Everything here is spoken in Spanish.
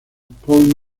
paul